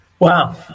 Wow